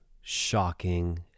shocking